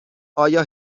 آیا